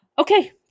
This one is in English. Okay